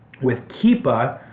with keepa,